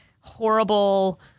horrible